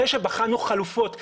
אחרי שבחנו חלופות.